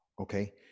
okay